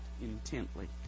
intently